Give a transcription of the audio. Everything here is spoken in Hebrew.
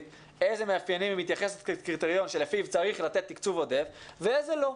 איזה מאפיינים היא מתייחסת כקריטריון שלפיו צריך לתת תקצוב עודף ואיזה לא.